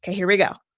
ah here we go.